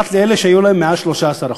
פרט לאלה שהיו להם מעל 13%,